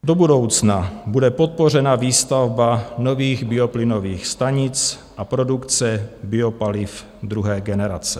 Do budoucna bude podpořena výstavba nových bioplynových stanic a produkce biopaliv druhé generace.